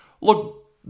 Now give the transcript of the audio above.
look